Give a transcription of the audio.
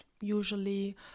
usually